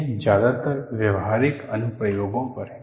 यह ज्यादातर व्यावहारिक अनुप्रयोगों पर है